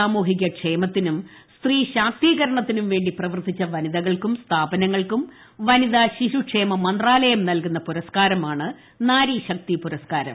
സാമൂഹികക്ഷേമത്തിനും സ്ത്രീശാക്തീകരണത്തിനും വേണ്ടി പ്രവർത്തിച്ച വനിതകൾക്കും സ്ഥാപനങ്ങൾക്കും വനിത ശിശുക്ഷേമ മന്ത്രാലയം നൽകുന്ന പുരസ്കാരമാണ് നാരിശക്തി പൂരസ്കാരം